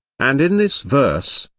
and in this verse,